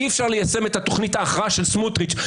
אי-אפשר ליישם את תוכנית ההכרעה של סמוטריץ',